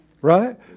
Right